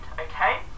okay